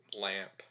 lamp